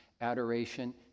adoration